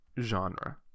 genre